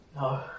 No